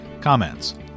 comments